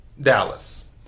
Dallas